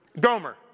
Gomer